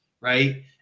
right